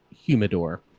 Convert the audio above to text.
humidor